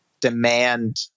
demand